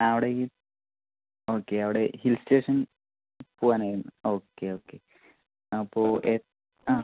അവിടെ ഈ ഓക്കെ അവിടെ ഹിൽ സ്റ്റേഷൻ പോകാൻ ആയിരുന്നു ഓക്കെ ഓക്കെ അപ്പോൾ എ ആ